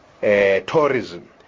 tourism